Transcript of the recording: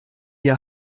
ihr